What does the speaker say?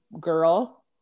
girl